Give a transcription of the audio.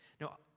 Now